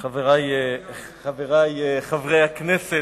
חברי חברי הכנסת,